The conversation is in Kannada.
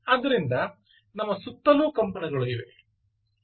ಆದ್ದರಿಂದ ನಮ್ಮ ಸುತ್ತಲೂ ಕಂಪನಗಳು ಇವೆ